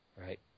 Right